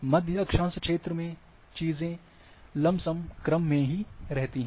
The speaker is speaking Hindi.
मध्य अक्षांश क्षेत्र में चीजें लमसम क्रम में रहती हैं